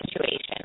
situation